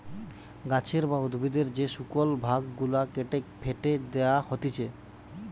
গাছের বা উদ্ভিদের যে শুকল ভাগ গুলা কেটে ফেটে দেয়া হতিছে